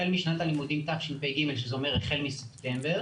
החל משנת הלימודים תשפ"ג, שזה אומר החל מספטמבר,